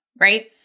right